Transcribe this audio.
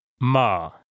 Ma